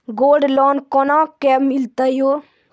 Gold loan कोना के मिलते यो?